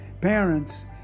parents